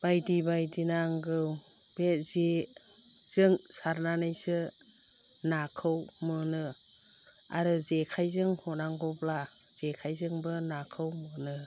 बायदि बायदि नांगौ बे जेजों सारनानैसो नाखौ मोनो आरो जेखाइजों हनांगौब्ला जेखाइजोंबो नाखौ मोनो